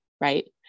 right